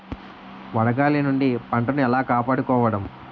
వడగాలి నుండి పంటను ఏలా కాపాడుకోవడం?